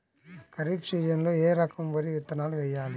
ఖరీఫ్ సీజన్లో ఏ రకం వరి విత్తనాలు వేయాలి?